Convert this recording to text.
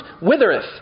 withereth